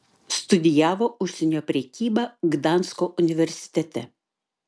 studijavo užsienio prekybą gdansko universitete